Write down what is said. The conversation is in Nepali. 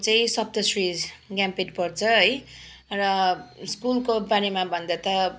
ऊ चाहिँ सप्तश्री ज्ञानपीठ पढ्छ है र स्कुलको बारेमा भन्दा त